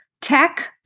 tech